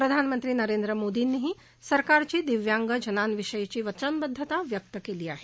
प्रधानमंत्री नरेंद्र मोदी यांनीही सरकारची दिव्यांग जणांविषयीची वचनबदधता व्यक्त केली आहे